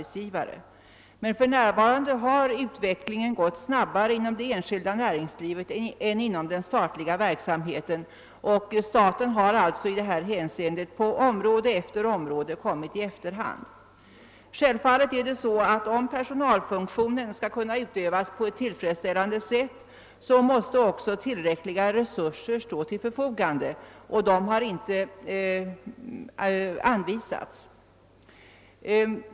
Tidigare kallades staten för mönsterarbetsgivare, men utvecklingen har gått snabbare inom det enskilda näringslivet än inom den statliga verksamheten, och staten har kommit efter på flera områden. Självfallet måste tillräckliga resurser stå till förfogande om personalfunktionen skall kunna utövas på ett tillfredsställande sätt, och sådana har inte an visats.